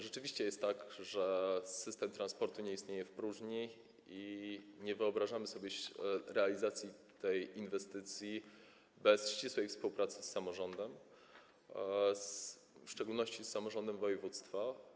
Rzeczywiście jest tak, że system transportu nie istnieje w próżni i nie wyobrażamy sobie realizacji tej inwestycji bez ścisłej współpracy z samorządem, w szczególności z samorządem województwa.